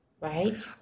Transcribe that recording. Right